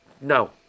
No